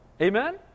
Amen